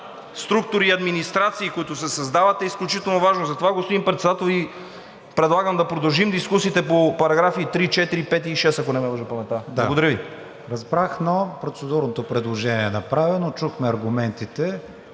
структури и администрации, които се създават, е изключително важно. Затова, господин Председател, предлагам да продължим дискусиите по параграфи 3, 4, 5 и 6, ако не ме лъже паметта. Благодаря Ви. ПРЕДСЕДАТЕЛ КРИСТИАН ВИГЕНИН: Да. Разбрах, но процедурното предложение е направено, чухме аргументите.